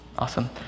Awesome